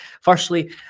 Firstly